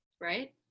Right